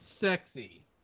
sexy